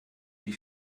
die